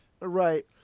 Right